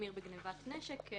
להחמיר בגניבת נשק.